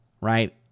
Right